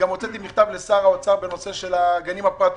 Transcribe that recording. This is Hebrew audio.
הוצאתי מכתב לשר האוצר בנושא של הגנים הפרטיים.